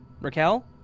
Raquel